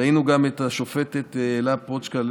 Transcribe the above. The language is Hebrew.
ראינו גם את השופטת אילה פרוקצ'יה,